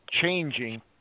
changing